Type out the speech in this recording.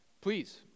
Please